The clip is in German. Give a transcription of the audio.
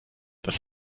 das